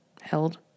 held